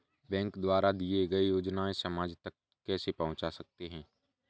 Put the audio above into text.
Bank द्वारा दिए गए योजनाएँ समाज तक कैसे पहुँच सकते हैं?